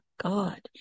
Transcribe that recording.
god